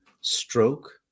stroke